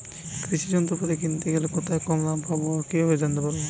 কৃষি যন্ত্রপাতি কিনতে কোথায় গেলে কম দামে পাব কি করে জানতে পারব?